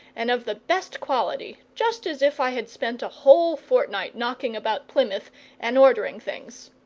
and of the best quality, just as if i had spent a whole fortnight knocking about plymouth and ordering things.